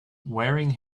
wearing